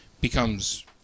becomes